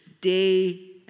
day